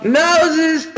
noses